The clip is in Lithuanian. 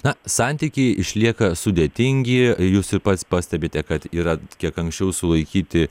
na santykiai išlieka sudėtingi jūs ir pats pastebite kad yra kiek anksčiau sulaikyti